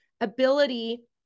ability